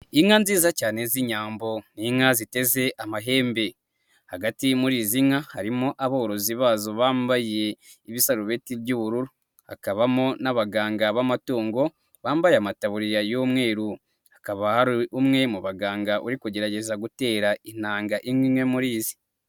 Inka nziza cyane z'inyambo, ni inka ziteze amahembe. Hagati muri izi nka harimo aborozi bazo bambaye, ibisarubeti by'ubururu. Hakabamo n'abaganga b'amatungo, bambaye amataburiya y'umweru. Hakaba hari umwe mu baganga uri kugerageza gutera intanga inka imwe muri izi.